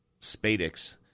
spadix